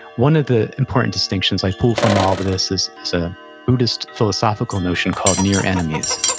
one of the important distinctions i pull from all of this is is a buddhist philosophical notion called near enemies.